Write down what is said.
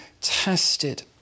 tested